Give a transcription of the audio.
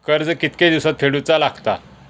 कर्ज कितके दिवसात फेडूचा लागता?